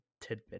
tidbit